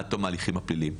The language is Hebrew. עד תום ההליכים הפליליים.